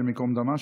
השם ייקום דמה,